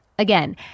Again